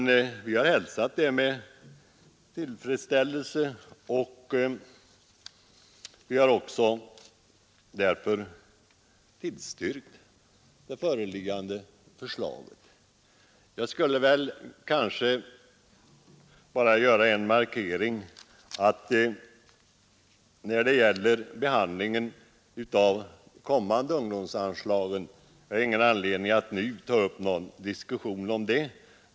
Vi har hälsat det föreliggande förslaget med tillfredsställelse, och vi har också tillstyrkt det. Jag skulle bara vilja markera att beträffande kommande anslag till ungdomsorganisationerna är det ingen anledning att nu ta upp någon diskussion om det.